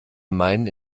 meinen